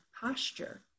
posture